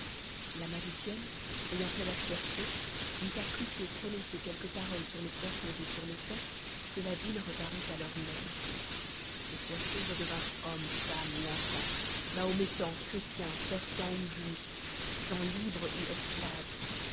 la magicienne ayant fait l'aspersion n'eut pas plus tôt prononcé quelques paroles sur les poissons et sur l'étang que la ville reparut à l'heure même les poissons redevinrent hommes femmes ou enfants mahométans chrétiens persans ou juifs gens libres ou esclaves